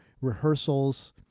rehearsals